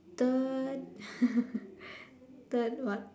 third third what